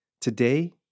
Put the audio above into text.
Today